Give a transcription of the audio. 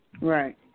Right